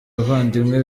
bavandimwe